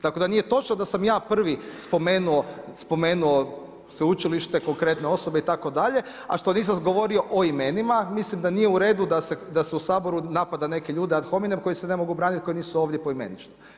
Tako da nije točno da sam ja prvi spomenuo sveučilište, konkretno osobe itd. a što nisam govorio o imenima, mislim da nije u redu, da se u Saboru napada neke ljude ad hominem, koji se ne mogu braniti, koji nisu ovdje poimenično.